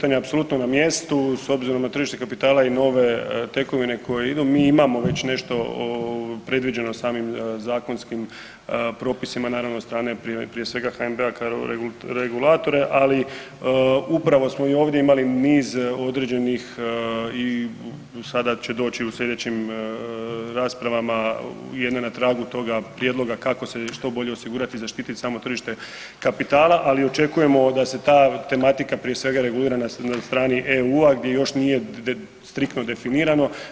apsolutno na mjestu s obzirom na tržište kapitala i nove tekovine koje idu mi imamo već nešto predviđeno samim zakonskim propisima naravno od strane prije svega HNB-a kao regulatora, ali upravo smo i ovdje imali niz određenih i sada će doći u sljedećim raspravama jedna na tragu toga prijedloga kako se što bolje osigurati i zaštiti samo tržište kapitala, ali očekujemo da se ta tematika prije svega regulira na strani EU-a gdje još nije striktno definirano.